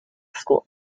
school